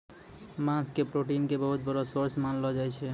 मांस के प्रोटीन के बहुत बड़ो सोर्स मानलो जाय छै